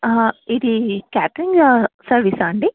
ఇది క్యాటరింగ్ సర్వీసా అండి